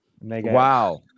Wow